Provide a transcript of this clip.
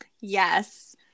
yes